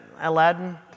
Aladdin